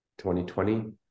2020